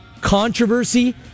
controversy